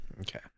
Okay